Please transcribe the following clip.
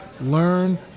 learn